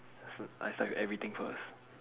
s~ I start with everything first